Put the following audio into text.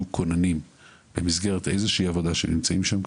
כוננים במסגרת איזו שהיא עבודה שנמצאים שם,